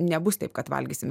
nebus taip kad valgysim